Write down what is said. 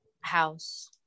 House